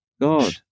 God